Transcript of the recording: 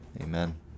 Amen